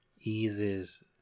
eases